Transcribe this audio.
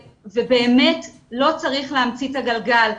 באמת לא צריך להמציא את הגלגל,